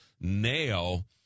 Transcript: nail